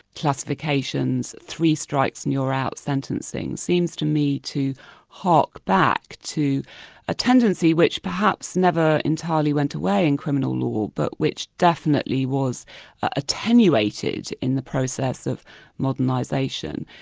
classifications, three strikes and you're out sentencing, seems to me to hark back to a tendency which perhaps never entirely went away in criminal law, but which definitely was attenuated in the process of modernisation,